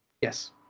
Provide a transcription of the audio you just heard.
Yes